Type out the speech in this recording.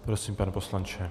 Prosím, pane poslanče.